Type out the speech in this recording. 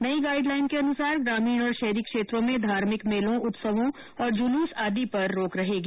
नई गाइडलाइन के अनुसार ग्रामीण और शहरी क्षेत्रों में धार्मिक मेलों उत्सवों और जुलूस आदि पर रोक रहेगी